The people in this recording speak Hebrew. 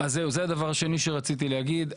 אז זהו, זה הדבר השני שרציתי להגיד.